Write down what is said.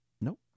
nope